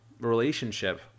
relationship